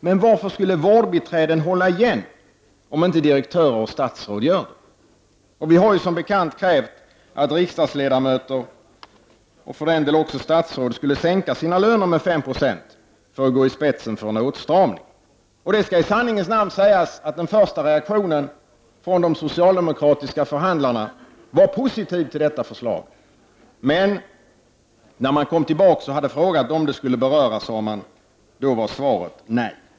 Men varför skall vårdbiträden hålla igen om inte direktörer och statsråd gör det? Vi har som bekant föreslagit att riksdagsledamöter och statsråd skulle sänka sina löner med 5 90 för att gå i spetsen för en åtstramning. Det skall i sanningens namn sägas att den första reaktionen från de socialdemokratiska förhandlarna var positiv. Men när de hade frågat dem som skulle bli berörda blev svaret nej!